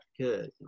good